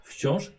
Wciąż